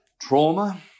Trauma